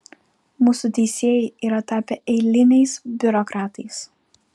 mūsų teisėjai yra tapę eiliniais biurokratais